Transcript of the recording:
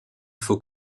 faut